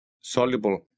soluble